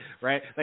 Right